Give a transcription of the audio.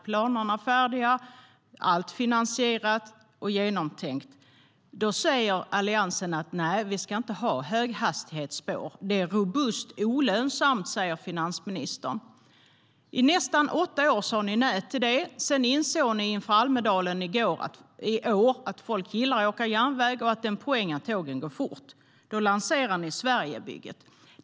Planerna var färdiga, och allt var finansierat och genomtänkt. Då säger Alliansen: Nej, vi ska inte ha höghastighetsspår. Det är robust olönsamt, sa finansministern.I nästan åtta år sa ni nej till det. Sedan insåg ni inför Almedalen i år att folk gillar att åka tåg och att det är en poäng med att tågen går fort. Då lanserade ni Sverigebygget.